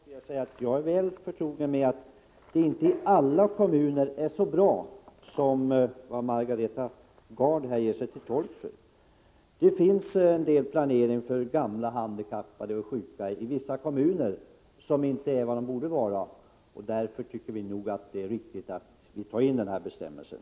Herr talman! Jag är väl förtrogen med att det inte i alla kommuner är så bra som Margareta Gard här vill göra gällande. Det finns en del planering för gamla, handikappade och sjuka i vissa kommuner som inte är vad den borde vara. Därför tycker vi att det är riktigt att ta in den här bestämmelsen.